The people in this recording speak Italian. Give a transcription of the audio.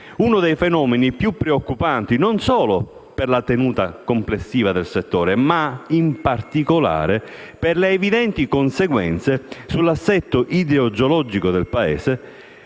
uno dei fenomeni più preoccupanti non solo per la tenuta complessiva del settore, ma, in particolare, per le evidenti conseguenze sull'assetto idrogeologico del Paese,